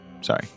sorry